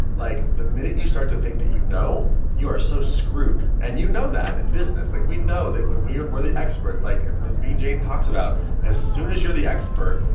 like the minute you start to think that you know you are so screwed and you know that in business. like we know that when we we're the experts like naveen jain talks about as soon as you're the expert,